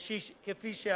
כפי שאפרט.